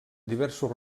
diversos